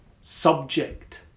subject